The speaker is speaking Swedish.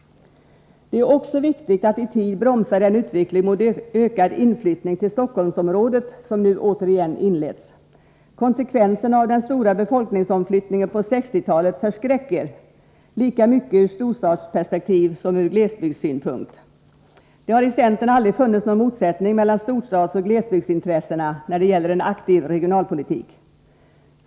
Det är också viktigt att i tid bromsa den utveckling mot ökad inflyttning till Stockholmsområdet som nu återigen inletts. Konsekvenserna av den stora befolkningsomflyttningen på 1960-talet förskräcker, lika mycket sett i ett storstadsperspektiv som ur glesbygdssynpunkt. Det har i centern aldrig funnits något motsättning mellan storstadsoch glesbygdsintressena när det gäller en aktiv regionalpolitik.